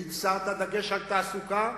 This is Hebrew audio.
והצעת דגש בתעסוקה,